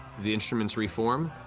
the instruments reform,